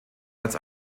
als